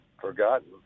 forgotten